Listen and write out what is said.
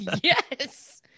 Yes